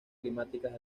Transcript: climáticas